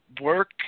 work